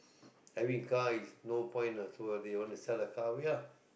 having car is no point lah so they want to sell the car away ah